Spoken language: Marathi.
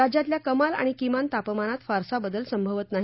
राज्यातल्या कमाल आणि किमान तापमानात फारसा बदल संभवत नाही